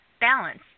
Balance